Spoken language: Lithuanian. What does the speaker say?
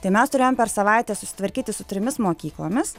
tai mes turėjom per savaitę susitvarkyti su trimis mokyklomis